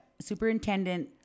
superintendent